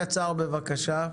בבקשה.